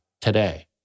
today